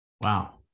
Wow